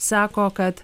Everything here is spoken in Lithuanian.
sako kad